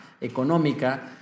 económica